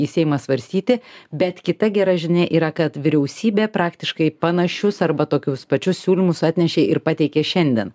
į seimą svarstyti bet kita gera žinia yra kad vyriausybė praktiškai panašius arba tokius pačius siūlymus atnešė ir pateikė šiandien